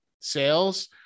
sales